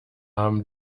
haben